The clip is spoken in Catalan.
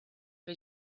que